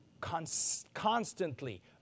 constantly